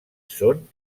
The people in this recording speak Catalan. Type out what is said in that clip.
són